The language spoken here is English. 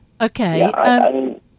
Okay